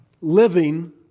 living